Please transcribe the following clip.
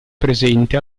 presente